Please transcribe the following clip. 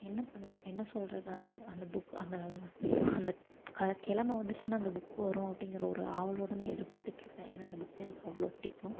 என்ன பண் என்ன சொல்கிறது அது அந்த புக் அந்த அந்த கழ கிழம வந்து வந்துச்சுன்னா அந்த புக்கு வரும் அப்படிங்கிற ஒரு ஆவலோடய நான் எதிர்பார்த்துட்டு இருப்பேன் ஏன்னால் அந்த புக்கு எனக்கு அவ்வளோ பிடிக்கும்